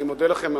אני מודה לכם מאוד.